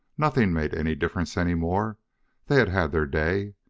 nothing made any difference any more they had had their day,